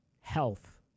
Health